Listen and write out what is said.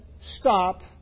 stop